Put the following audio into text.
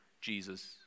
Jesus